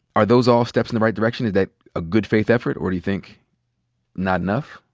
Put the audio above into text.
are those all steps in the right direction? is that a good faith effort? or do you think not enough?